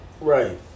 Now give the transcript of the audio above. Right